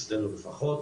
אצלנו לפחות,